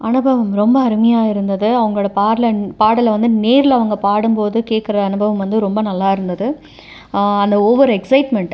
அனுபவம் ரொம்ப அருமையாருந்தது அவங்களோடய பாட்லன் பாடல் வந்து நேரில் அவங்க பாடும் போது கேட்கிற அனுபவம் வந்து ரொம்ப நல்லா இருந்தது அந்த ஓவர் எக்சைட்மென்ட்